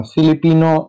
Filipino